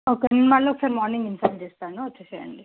okay మరల ఒకసారి morning inform చేస్తాను వచ్చేయండి